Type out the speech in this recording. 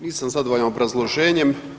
Nisam zadovoljan obrazloženjem.